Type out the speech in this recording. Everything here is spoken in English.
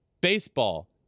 baseball